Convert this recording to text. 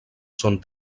són